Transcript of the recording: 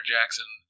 Jackson